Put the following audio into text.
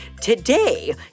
Today